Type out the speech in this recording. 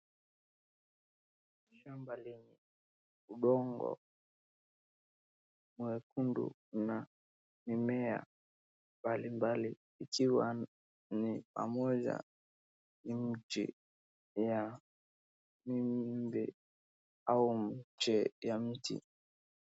Shamba lenye udongo, mwekundu na mimea mbalimbali ikiwa ni pamoja nchi ya miembe au miche ya miti.